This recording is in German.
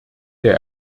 der